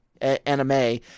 anime